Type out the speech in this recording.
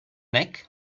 neck